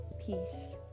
peace